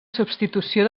substitució